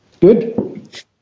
Good